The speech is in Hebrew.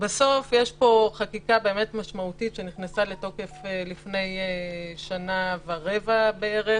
בסוף יש פה חקיקה משמעותית שנכנסה לתוקף לפני שנה ורבע בערך